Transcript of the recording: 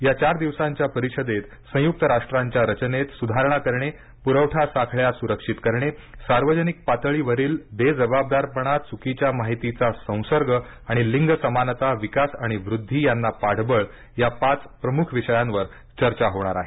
या चार दिवसांच्या परिषदेत संयुक्त राष्ट्रांच्या रचनेत सुधारणा करणे पुरवठा साखळ्या सुरक्षित करणे सार्वजनिक पातळीवरील बेजबाबदारपणा चुकीच्या माहितीचा संसर्ग आणि लिंग समानता विकास आणि वृद्धी यांना पाठबळ या पाच प्रमुख विषयांवर चर्चा होणार आहे